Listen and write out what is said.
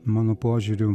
mano požiūriu